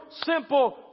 simple